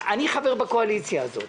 אני חבר בקואליציה הזאת,